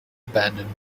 abandoned